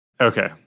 Okay